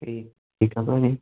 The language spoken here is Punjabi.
ਠੀਕ ਠੀਕ ਹੈ ਭਾਅ ਜੀ